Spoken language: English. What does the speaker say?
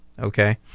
okay